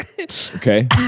Okay